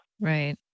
Right